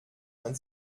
man